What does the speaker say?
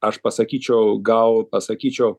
aš pasakyčiau gal pasakyčiau